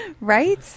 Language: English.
Right